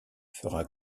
fera